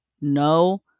no